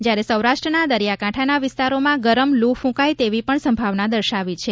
જ્યારે સૌરાષ્ટ્રના દરિયાકાંઠાના વિસ્તારોમાં ગરમ લૂ કૂંકાય તેવી પણ સંભાવના દર્શાવી છે